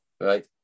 right